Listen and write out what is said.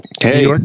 Hey